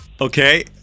Okay